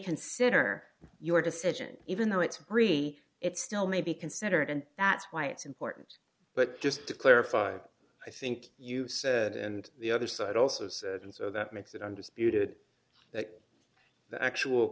consider your decision even though it's re it still may be considered and that's why it's important but just to clarify i think you said and the other side also said and so that makes it under spirited that the actual